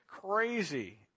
crazy